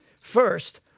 First